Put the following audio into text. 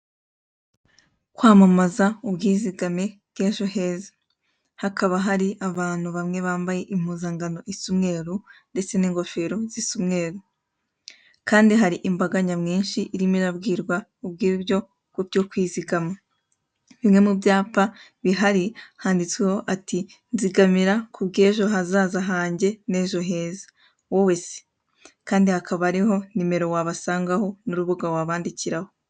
Kwamamaza ubwizigame bw'ejo heza, hakaba hari abantu bamwe impuzangano isa umweru ndetse n'ingofero zisa umweru, kandi hari imbaga nyamwinshi irimo irabwirwa ubw'ibyo byo kwizigama, bimwe mubyapa handitsweho ati: ''nzigamira ku bw'ejo hazaza hanjye n'ejo heza. Wowe se ?'' Kandi hakaba hariho nimero n'urubuga wabasangiraho n'urubuga wabandikiraho.